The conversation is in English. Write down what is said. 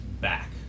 back